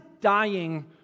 dying